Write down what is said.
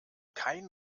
kein